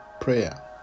prayer